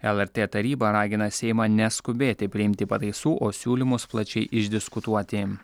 lrt taryba ragina seimą neskubėti priimti pataisų o siūlymus plačiai išdiskutuoti